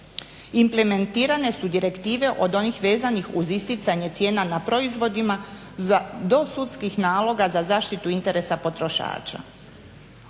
Implementirane su direktive od onih vezanih uz isticanje cijena na proizvodima do sudskih naloga za zaštitu interesa potrošača.